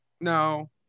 no